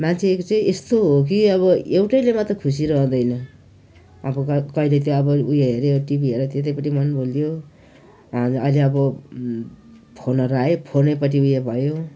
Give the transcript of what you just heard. मान्छेको चाहिँ यस्तो हो कि अब एउटैले मात्र खुसी रहँदैन आफू क कहिले त्यो अब उयो हेऱ्यो टिभी हेऱ्यो त्यतैपट्टि मन भुलियो आज अहिले अब फोनहरू आयो फोनैपट्टि उयो भयो